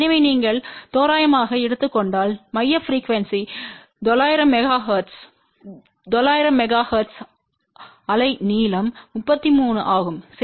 எனவே நீங்கள் தோராயமாக எடுத்துக் கொண்டால் மைய frequency 900 megahertz 900 megahertz அலை நீளம் 33 ஆகும் செ